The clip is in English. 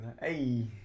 hey